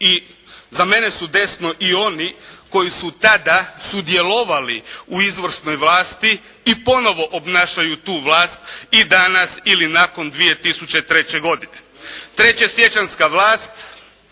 za mene su desno i oni koji su tada sudjelovali u izvršnoj vlasti i ponovo obnašaju tu vlast i danas ili nakon 2903. godine. Trećesiječanjska vlast